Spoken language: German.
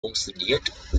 funktioniert